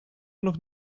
noch